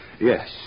yes